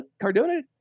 Cardona